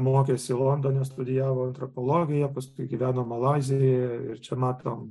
mokėsi londone studijavo antropologiją paskui gyveno malaizijoje ir čia matom